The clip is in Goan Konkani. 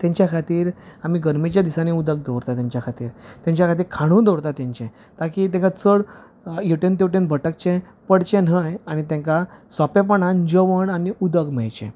तेच्या खातीर आमी गरमेच्या दिसांनी आमी उदक दवरतात तेंच्या खातीर तेच्या खातीर खाणुय दवरतात तेंचे ताकी तेका चड हेवटेन तेवटेन भटकचे पडचे न्हय आनी तेंका सोंपेपणान जेवण आनी उदक मेळचें